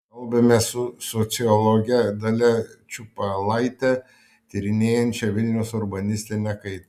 kalbamės su sociologe dalia čiupailaite tyrinėjančia vilniaus urbanistinę kaitą